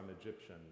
Egyptian